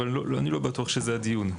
אבל אני לא בטוח שזה הדיון.